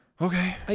Okay